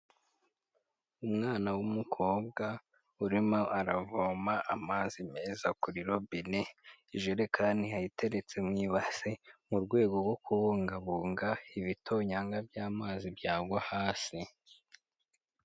Umwana w'umukobwa urimo aravoma amazi meza kuri robine, ijerekani yayiteretse mu ibase mu rwego rwo kubungabunga ibitonyanga by'amazi byagwa hasi.